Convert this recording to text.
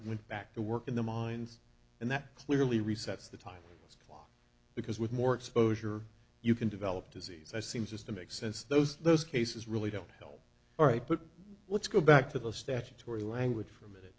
went back to work in the mines and that clearly resets the time because with more exposure you can develop disease i seem just to make sense those those cases really don't help all right but let's go back to the statutory language for a minute